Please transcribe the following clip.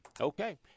Okay